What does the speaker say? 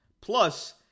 Plus